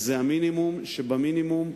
זה המינימום שבמינימום,